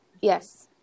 Yes